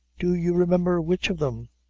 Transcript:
do you remember which of them?